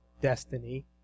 destiny